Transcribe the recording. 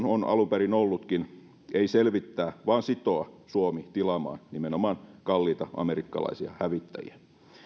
on alunperin ollutkin ei selvittää vaan sitoa suomi tilaamaan nimenomaan kalliita amerikkalaisia hävittäjiä